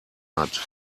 hat